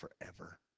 forever